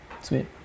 Sweet